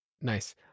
Nice